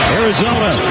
arizona